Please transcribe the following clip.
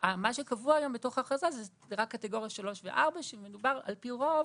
מה שקבוע היום בתוך האכרזה זה רק קטגוריה 3 ו-4 שמדובר על פי רוב